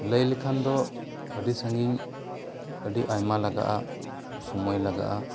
ᱞᱟᱹᱭ ᱞᱮᱠᱷᱟᱱ ᱫᱚ ᱟᱹᱰᱤ ᱥᱟᱺᱜᱤᱧ ᱟᱹᱰᱤ ᱟᱭᱢᱟ ᱞᱟᱜᱟᱜᱼᱟ ᱥᱳᱢᱳᱹᱭ ᱞᱟᱜᱟᱜᱼᱟ